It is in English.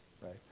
right